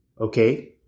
okay